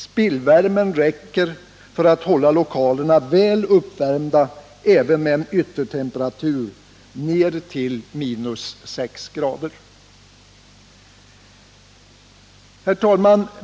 Spillvärmen räcker för att hålla lokalerna väl uppvärmda även med en yttertemperatur ned till 62.